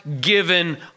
given